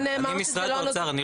אני משרד האוצר.